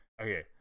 okay